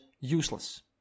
useless